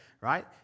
right